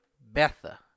Betha